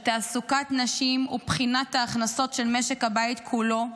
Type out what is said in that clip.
של תעסוקת נשים ובחינת ההכנסות של משק הבית כולו,